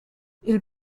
ils